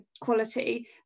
quality